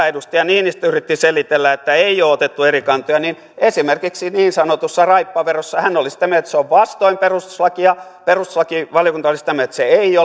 edustaja niinistö yritti selitellä että ei ole otettu eri kantoja niin esimerkiksi niin sanotussa raippaverossa hän oli sitä mieltä että se on vastoin perustuslakia perustuslakivaliokunta oli sitä mieltä että se ei